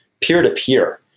peer-to-peer